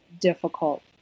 difficult